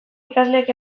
ikasleak